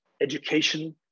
education